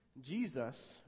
Jesus